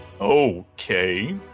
Okay